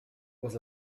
was